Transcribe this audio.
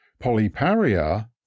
Polyparia